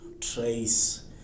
trace